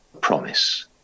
promise